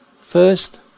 First